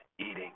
eating